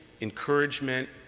encouragement